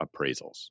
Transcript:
appraisals